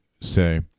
say